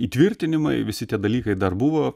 įtvirtinimai visi tie dalykai dar buvo